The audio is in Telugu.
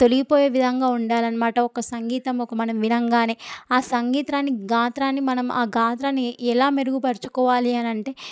తొలగిపోయే విధంగా ఉండాలి అనమాట ఒక సంగీతం ఒక మనం వినగానే ఆ సంగీతాన్ని గాత్రాన్ని మనం ఆ గాత్రాన్ని ఎలా మెరుగుపరుచుకోవాలి అనంటే